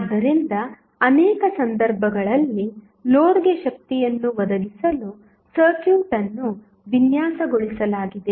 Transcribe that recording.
ಆದ್ದರಿಂದ ಅನೇಕ ಸಂದರ್ಭಗಳಲ್ಲಿ ಲೋಡ್ಗೆ ಶಕ್ತಿಯನ್ನು ಒದಗಿಸಲು ಸರ್ಕ್ಯೂಟ್ ಅನ್ನು ವಿನ್ಯಾಸಗೊಳಿಸಲಾಗಿದೆ